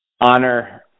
honor